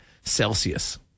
Celsius